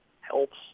helps